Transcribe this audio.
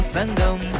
Sangam